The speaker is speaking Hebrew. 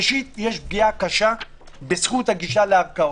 ראשית, יש פגיעה קשה בזכות הגישה לערכאות.